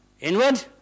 Inward